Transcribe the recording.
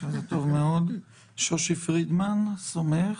שזה טוב מאוד: שושי פרידמן סומך,